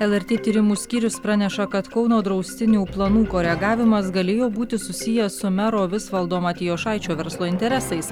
lrt tyrimų skyrius praneša kad kauno draustinių planų koregavimas galėjo būti susijęs su mero visvaldo matijošaičio verslo interesais